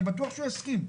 אני בטוח שהוא יסכים.